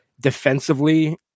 defensively